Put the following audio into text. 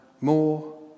more